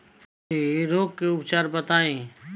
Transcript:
इ रोग के उपचार बताई?